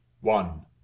One